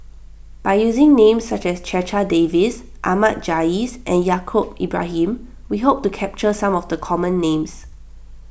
by using names such as Checha Davies Ahmad Jais and Yaacob Ibrahim we hope to capture some of the common names